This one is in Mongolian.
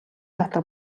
дотор